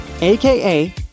AKA